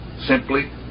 Simply